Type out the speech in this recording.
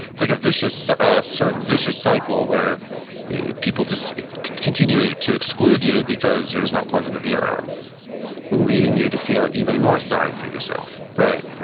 it's like a vicious ah sort of vicious cycle where people just continue to exclude you because you're just not pleasant to be around leading you to feel even more sorry for yourself right.